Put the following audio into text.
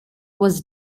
was